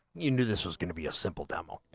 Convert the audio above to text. you knew this is gonna be a simple double